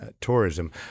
tourism